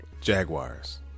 Jaguars